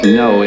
no